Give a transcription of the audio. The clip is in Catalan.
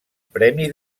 premi